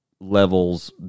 levels